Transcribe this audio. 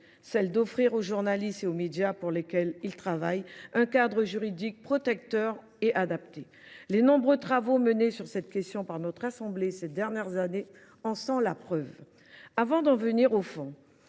celle d’offrir aux journalistes et aux médias pour lesquels ils travaillent un cadre juridique protecteur et adapté. Les nombreux travaux menés sur cette question par notre assemblée au cours de ces dernières années en sont la preuve. Avant d’en venir au fond,